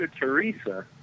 Teresa